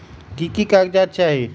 की की कागज़ात चाही?